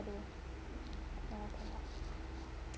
ya sedap